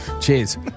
Cheers